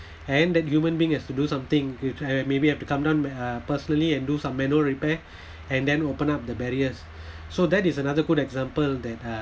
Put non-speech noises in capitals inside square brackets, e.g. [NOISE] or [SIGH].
[BREATH] and that human being has to do something if uh maybe have to come down uh personally and do some manual repair [BREATH] and then open up the barriers [BREATH] so that is another good example that uh